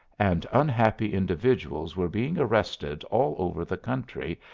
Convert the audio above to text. and unhappy individuals were being arrested all over the country,